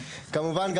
כמובן,